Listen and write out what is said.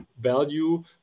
value